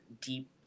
deep